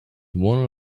one